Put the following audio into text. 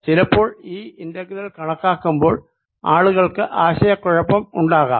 ചിലപ്പോൾ ഈ ഇന്റഗ്രൽ കണക്കാക്കുമ്പോൾ ആളുകൾക്ക് ആശയക്കുഴപ്പം ഉണ്ടാകാം